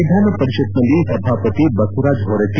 ವಿಧಾನಪರಿಷತ್ತಿನಲ್ಲಿ ಸಭಾಪತಿ ಬಸವರಾಜ್ ಹೊರಟ್ಟ